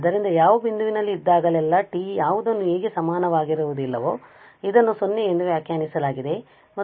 ಆದ್ದರಿಂದ ಯಾವ ಬಿಂದುವಿನಲ್ಲಿ ಇದ್ದಾಗಲೆಲ್ಲಾ t ಯಾವುದನ್ನು a ಗೆ ಸಮನಾಗಿರುವುದಿಲ್ಲವೋ ಇದನ್ನು 0 ಎಂದು ವ್ಯಾಖ್ಯಾನಿಸಲಾಗಿದೆ